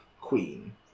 queen